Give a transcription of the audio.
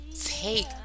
take